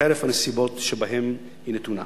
חרף הנסיבות שבהן היא נתונה.